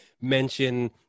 mention